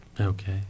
Okay